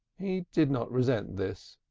he did not resent this,